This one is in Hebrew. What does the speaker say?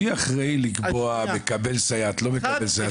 מי אחראי לקבוע מקבל סייעת/ לא מקבל סייעת?